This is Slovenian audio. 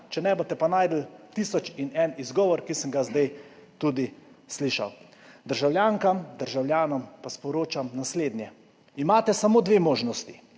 če ne, boste pa našli tisoč in en izgovor, ki sem ga zdaj tudi slišal. Državljankam, državljanom pa sporočam naslednje. Imate samo dve možnosti: